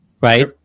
right